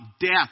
death